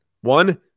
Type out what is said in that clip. one